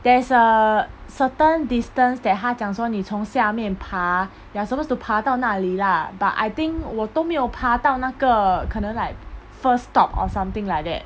there's a certain distance that 他讲说你从下面爬 you're supposed to 爬到那里 lah but I think 我都没有爬到那个可能 like first stop or something like that